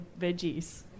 veggies